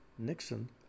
Nixon